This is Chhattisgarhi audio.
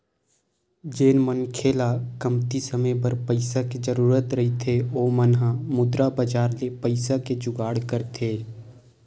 जेन मनखे मन ल कमती समे बर पइसा के जरुरत रहिथे ओ मन ह मुद्रा बजार ले पइसा के जुगाड़ करथे